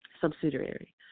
subsidiary